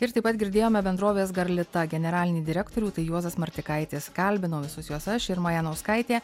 ir taip pat girdėjome bendrovės garlita generalinį direktorių tai juozas martikaitis kalbinau visus juos aš irma janauskaitė